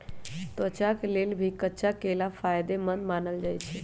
त्वचा के लेल भी कच्चा केला फायेदेमंद मानल जाई छई